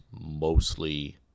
mostly